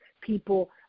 people